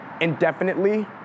indefinitely